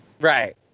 Right